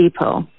Depot